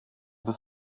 bis